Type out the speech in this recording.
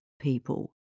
people